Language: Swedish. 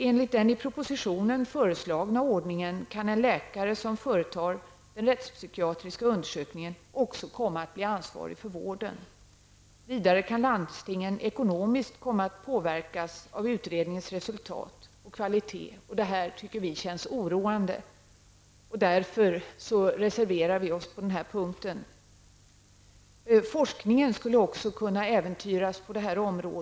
Enligt den i propositionen föreslagna ordningen kan en läkare som företar den rättspsykiatriska undersökningen också komma att bli ansvarig för vården. Vidare kan landstingen ekonomiskt komma att påverkas av utredningens resultat och kvalitet. Det tycker vi känns oroande. Därför reserverar vi oss på den punkten. Forskningen på området skulle också kunna äventyras.